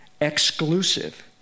exclusive